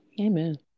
Amen